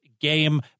game